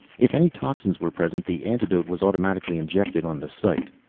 if any toxins were present, the antidote was automatically injected on the site.